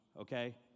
Okay